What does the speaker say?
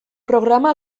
programa